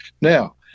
Now